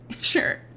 Sure